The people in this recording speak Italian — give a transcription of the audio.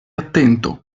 attento